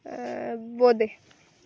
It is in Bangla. বোঁদে